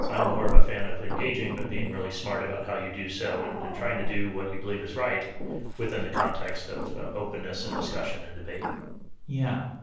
so i'm more of a fan of engaging, but being really smart about how you do so and and trying to do what you believe is right within the context of of openness and discussion and debate yeah.